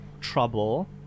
trouble